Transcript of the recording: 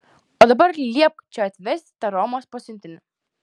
o dabar liepk čia atvesti tą romos pasiuntinį